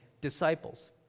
disciples